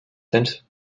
tens